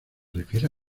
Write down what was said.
refiere